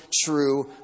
true